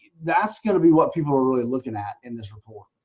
that's gonna be what people are really looking at in this report.